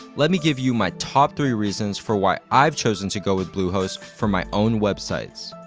let me give you my top three reasons for why i've chosen to go with bluehost for my own websites.